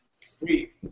Sweet